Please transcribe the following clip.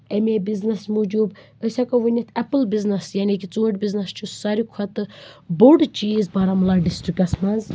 امے بِزنٮ۪س موجوٗب أسۍ ہٮ۪کَو ؤنِتھ ایٚپٕل بِزنٮ۪س یعنی کہ ژوٗنٹھ بِزنٮ۪س چھِ سارِوٕے کھۄتہٕ بوٚڈ چیٖز بارہمولہ ڈِسٹرکَس منٛز